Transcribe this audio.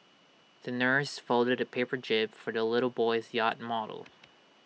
the nurse folded A paper jib for the little boy's yacht model